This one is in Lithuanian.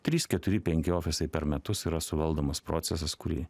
trys keturi penki ofisai per metus yra suvaldomas procesas kurį